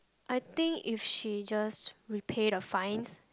I think if she just repay the fines